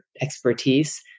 expertise